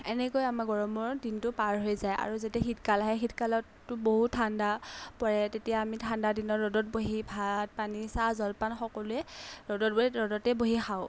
এনেকৈ আমাৰ গৰমৰ দিনটো পাৰ হৈ যায় আৰু যেতিয়া শীতকাল আহে শীতকালতটো বহু ঠাণ্ডা পৰে তেতিয়া আমি ঠাণ্ডা দিনত ৰ'দত বহি ভাত পানী চাহ জলপান সকলোৱে ৰ'দত ব ৰ'দতে বহি খাওঁ